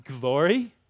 glory